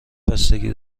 بستگی